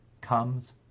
comes